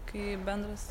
kai bendras